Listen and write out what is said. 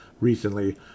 recently